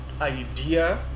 idea